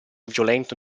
violento